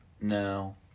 No